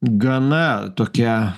gana tokia